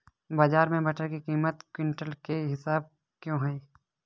बाजार में मटर की कीमत क्विंटल के हिसाब से क्यो है?